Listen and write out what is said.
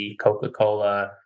Coca-Cola